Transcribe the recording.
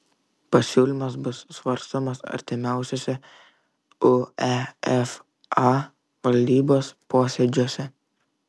pasiūlymas bus svarstomas artimiausiuose uefa valdybos posėdžiuose